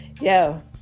Yo